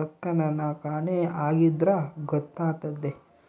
ರೊಕ್ಕೆನನ ಕಾಣೆ ಆಗಿದ್ರ ಗೊತ್ತಾತೆತೆ